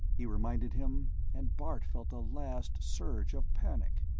he reminded him, and bart felt a last surge of panic.